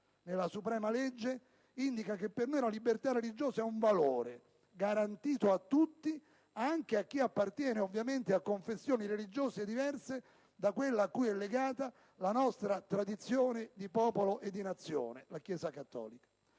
nella suprema legge indica che per noi la libertà religiosa è un valore garantito a tutti, ovviamente anche a chi appartiene a confessioni religiose diverse da quella cui è legata la nostra tradizione di popolo e di nazione, cioè la Chiesa cattolica.